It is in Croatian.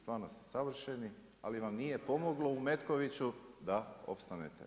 Stvarno ste savršeni, ali vam nije pomoglo u Metkoviću da opstanete.